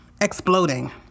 exploding